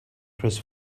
chris